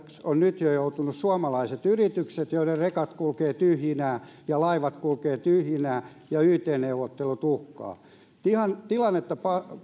ovat nyt jo joutuneet suomalaiset yritykset joiden rekat kulkevat tyhjinä ja laivat kulkevat tyhjinä ja yt neuvottelut uhkaavat tilannetta